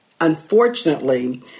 unfortunately